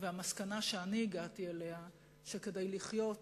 המסקנה שאני הגעתי אליה היא שכדי לחיות